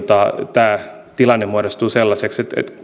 tämä tilanne muodostuu sellaiseksi